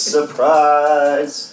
Surprise